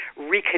reconnect